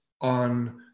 on